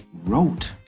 wrote